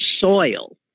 soil